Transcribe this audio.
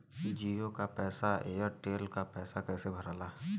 जीओ का पैसा और एयर तेलका पैसा कैसे भराला?